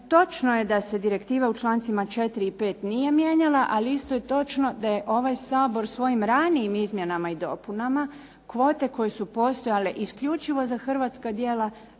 Točno je da se direktiva u člancima 4. i 5. nije mijenjala, ali isto je točno da je ovaj Sabor svojim ranijim izmjenama i dopunama kvote koje su postojale isključivo za hrvatska djela